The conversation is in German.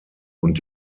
und